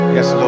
Yes